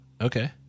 Okay